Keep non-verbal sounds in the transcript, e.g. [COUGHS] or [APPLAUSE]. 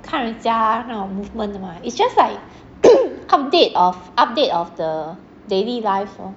看人家那种 movement it's just like [COUGHS] update of update of the daily life lor